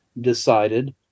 decided